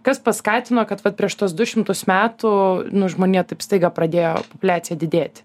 kas paskatino kad vat prieš tuos du šimtus metų nu žmonija taip staiga pradėjo augt populiacija didėti